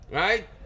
right